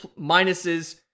minuses